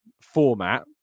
format